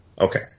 Okay